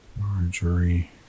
Marjorie